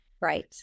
Right